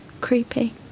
creepy